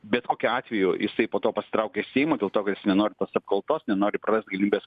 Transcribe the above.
bet kokiu atveju jisai po to pasitraukia iš seimo dėl to kad jis nenori tos apkaltos nenori prarast galimybės